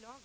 dag.